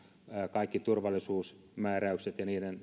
kaikkien turvallisuusmääräysten